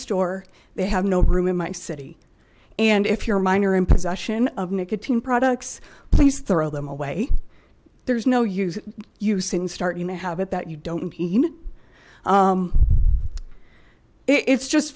store they have no room in my city and if you're a minor in possession of nicotine products please throw them away there's no use using starting to have it that you don't mean it's just